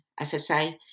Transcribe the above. FSA